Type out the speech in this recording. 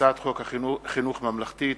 מהצעת חוק חינוך ממלכתי (תיקון,